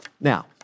Now